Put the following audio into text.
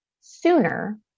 sooner